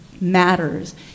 matters